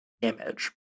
image